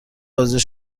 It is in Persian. بازدید